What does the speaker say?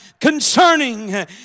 concerning